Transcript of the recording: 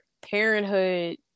parenthood